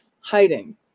hiding